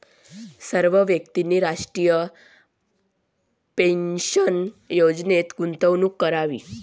सर्व व्यक्तींनी राष्ट्रीय पेन्शन योजनेत गुंतवणूक करावी